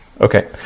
Okay